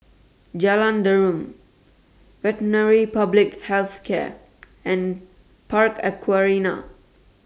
Jalan Derum Veterinary Public Health Centre and Park Aquaria